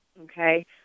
okay